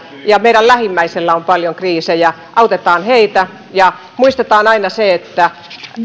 ja meidän lähimmäisillämme on paljon kriisejä autetaan heitä ja muistetaan aina kuten